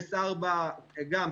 אפס עד ארבעה גם,